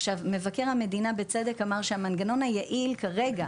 מבקר המדינה בצדק אמר המנגנון היעיל כרגע